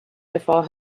before